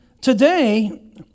today